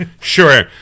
sure